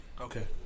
Okay